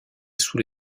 sous